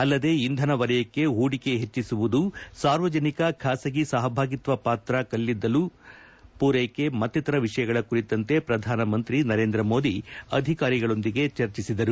ಅಲ್ಲದೆ ಇಂಧನ ವಲಯಕ್ಕೆ ಪೂಡಿಕೆ ಪೆಚ್ಚಿಸುವುದು ಸಾರ್ವಜನಿಕ ಖಾಸಗಿ ಸಹಭಾಗಿತ್ವ ಪಾಕ್ರ ಕಲ್ಲಿದ್ದಲು ಪೂರೈಕೆ ಮತ್ತೀತರ ವಿಷಯಗಳ ಕುರಿತಂತೆ ಪ್ರಧಾನಮಂತ್ರಿ ನರೇಂದ್ರ ಮೋದಿ ಅಧಿಕಾರಿಗಳೊಂದಿಗೆ ಚರ್ಚಿಸಿದರು